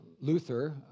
Luther